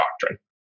doctrine